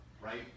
right